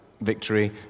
victory